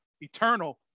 eternal